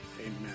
Amen